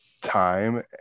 time